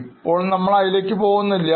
ഇപ്പോൾ നമ്മൾ അതിലേക്ക് പോകുന്നില്ല